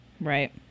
Right